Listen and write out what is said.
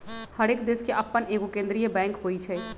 हरेक देश के अप्पन एगो केंद्रीय बैंक होइ छइ